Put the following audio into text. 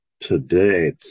today